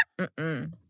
Mm-mm